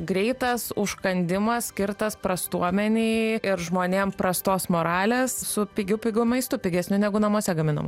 greitas užkandimas skirtas prastuomenei ir žmonėm prastos moralės su pigiu pigiu maistu pigesniu negu namuose gaminamu